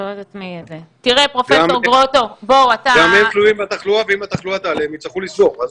גם הם תלויים בתחלואה ואם התחלואה תעלה הם יצטרכו לסגור.